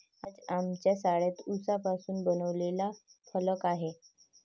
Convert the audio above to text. आज आमच्या शाळेत उसापासून बनवलेला फलक आहे